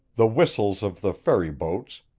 the whistles of the ferry-boats,